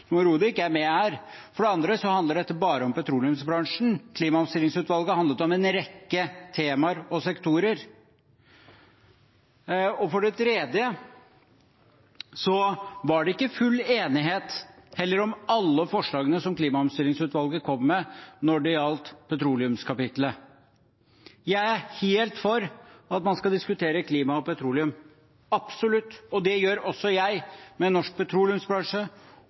er med her. For det andre handler dette bare om petroleumsbransjen. Klimaomstillingsutvalget handlet om en rekke temaer og sektorer. For det tredje var det heller ikke full enighet om alle forslagene som klimaomstillingsutvalget kom med i petroleumskapitlet. Jeg er helt for at man skal diskutere klima og petroleum – absolutt! Det gjør også jeg med norsk petroleumsbransje